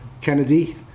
Kennedy